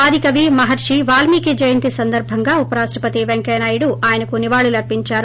ఆదికవి మహర్షి వాల్మీకి జయంతి సందర్భంగా ఉపరాష్టపతి పెంకయ్యనాయుడు ఆయనకు నివాళులు అర్సిందారు